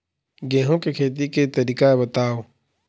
गेहूं के खेती के तरीका बताव?